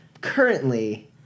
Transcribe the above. currently